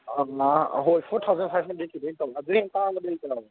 ꯍꯣꯏ four thousand ꯐꯥꯏꯕ ꯍꯟꯗ꯭ꯔꯦꯗꯀꯤꯗ ꯑꯣꯏ ꯇꯧ ꯑꯗꯩ ꯍꯦꯟ ꯇꯥꯡꯕꯗꯤ ꯂꯩꯇ꯭ꯔꯕꯣ